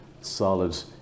solid